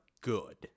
good